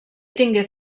tingué